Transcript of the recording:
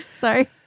Sorry